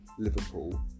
Liverpool